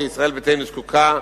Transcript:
כי ישראל ביתנו זקוקה,